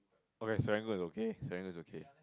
okay Serangoon locate Serangoon is okay